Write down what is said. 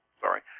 sorry